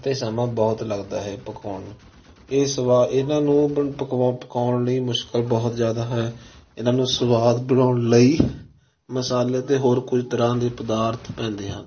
ਅਤੇ ਸਮਾਂ ਬਹੁਤ ਲੱਗਦਾ ਹੈ ਪਕਾਉਣ ਇਸ ਵਾ ਇਹਨਾਂ ਨੂੰ ਪਕਾ ਪਕਾਉਣ ਲਈ ਮੁਸ਼ਕਿਲ ਬਹੁਤ ਜ਼ਿਆਦਾ ਹੈ ਇਹਨਾਂ ਨੂੰ ਸਵਾਦ ਬਣਾਉਣ ਲਈ ਮਸਾਲੇ ਅਤੇ ਹੋਰ ਕੁਝ ਤਰ੍ਹਾਂ ਦੇ ਪਦਾਰਥ ਪੈਂਦੇ ਹਨ